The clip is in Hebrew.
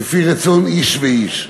כפי רצון איש ואיש.